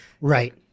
Right